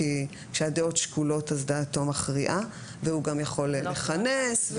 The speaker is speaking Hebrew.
כי כשהדעות שקולות אז דעתו מכריעה והוא גם יכול לכנס.